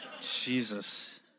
Jesus